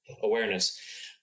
awareness